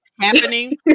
happening